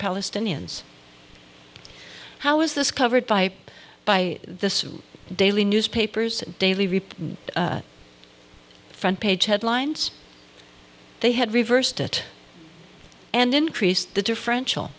palestinians how is this covered by by the daily newspapers daily reap front page headlines they had reversed it and increased the differential